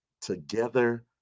together